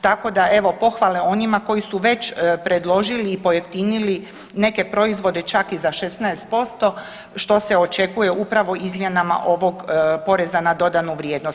Tako da evo pohvale onima koji su već predložili i pojeftinili neke proizvode čak i za 16% što se očekuje upravo izmjenama ovog poreza na dodanu vrijednost.